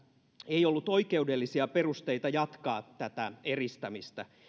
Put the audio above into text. ei ollut oikeudellisia perusteita jatkaa tätä eristämistä